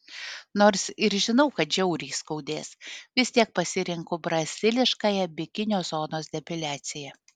nors ir žinau kad žiauriai skaudės vis tiek pasirenku braziliškąją bikinio zonos depiliaciją